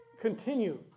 Continue